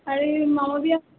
আৰে মামা বিয়া